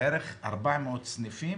בערך 400 סניפים